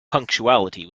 punctuality